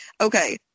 okay